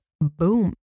boom